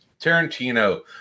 Tarantino